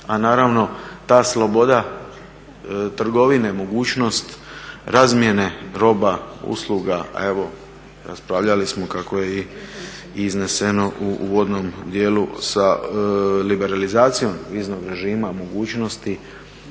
A naravno ta sloboda trgovine mogućnost razmjene roba, usluga, a evo raspravljali smo kako je i izneseno u uvodnom dijelu sa liberalizacijom viznog režima, mogućnosti